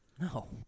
No